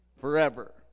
forever